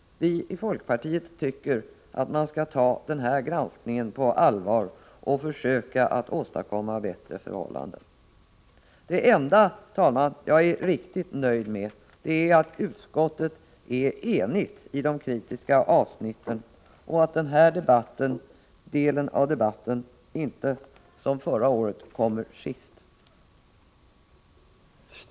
Vii folkpartiet tycker att man skall ta den här granskningen på allvar och försöka att åstadkomma bättre förhållanden. Det enda, herr talman, jag är riktigt nöjd med är att utskottet är enigt i de kritiska avsnitten och att den här delen av debatten inte som förra året kommer sist.